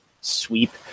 sweep